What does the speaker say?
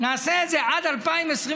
נעשה את זה עד 2026,